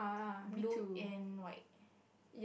blue and white